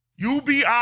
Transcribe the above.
UBI